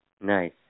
Nice